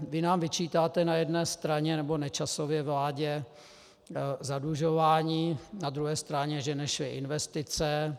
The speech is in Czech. Vy nám vyčítáte na jedné straně, nebo Nečasově vládě, zadlužování, na druhé straně, že nešly investice.